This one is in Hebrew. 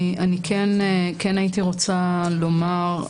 אני כן הייתי רוצה לומר,